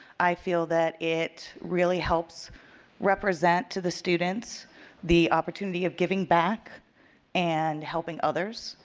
i feel that it really helps represent to the students the opportunity of giving back and helping others.